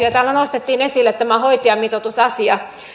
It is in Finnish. ja täällä nostettiin esille tämä hoitajamitoitusasia